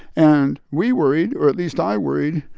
and we worried, or at least i worried,